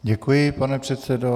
Děkuji, pane předsedo.